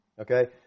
Okay